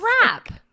wrap